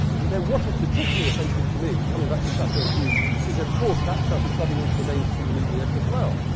and then what is particularly offensive to me, coming back to flat earth news is of course, that started flooding into the mainstream media as well.